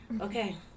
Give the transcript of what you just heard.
Okay